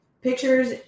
pictures